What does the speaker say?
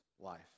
life